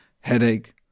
headache